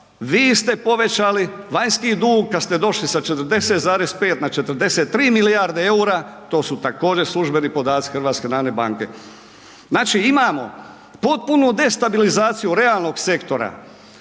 vi ste povećali vanjski dug kad ste došli sa 40,5 na 43 milijarde EUR-a, to su također službeni podaci HNB-a, znači imamo potpunu destabilizaciju realnog sektora,